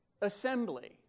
assembly